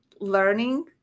learning